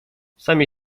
sami